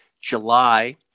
July